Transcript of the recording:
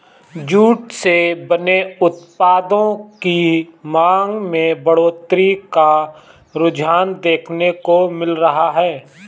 jute से बने उत्पादों की मांग में बढ़ोत्तरी का रुझान देखने को मिल रहा है